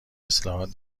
اصلاحات